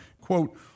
Quote